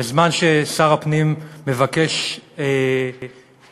בזמן ששר הפנים מבקש להקים,